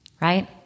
Right